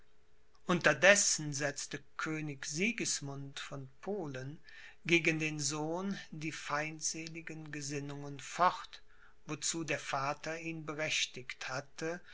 unterdessen setzte könig sigismund von polen gegen den sohn die feindseligen gesinnungen fort wozu der vater ihn berechtigt hatte